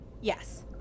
Yes